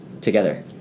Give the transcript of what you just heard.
together